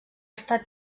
estat